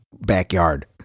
backyard